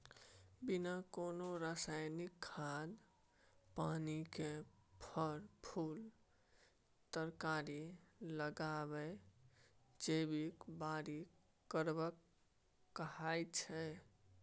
बिना कोनो रासायनिक खाद पानि केर फर, फुल तरकारी लगाएब जैबिक बारी करब कहाइ छै